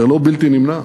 זה לא בלתי נמנע,